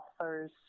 author's